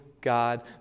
God